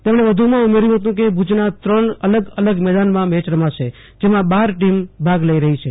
તેમણે વધુમાં ઉમેર્યું હતું કે ભુજના ત્રણ અલગ અલગ મેદાનમાં મેચ રમાશે જેમાં બાર ટીમ ભાગ લઈ રહી છે